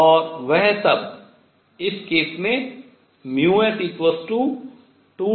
और वह सब इस केस में s2 है